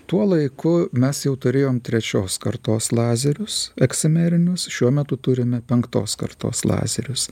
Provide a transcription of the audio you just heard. tuo laiku mes jau turėjom trečios kartos lazerius eksimerinius šiuo metu turime penktos kartos lazerius